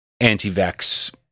anti-vax